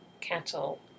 cattle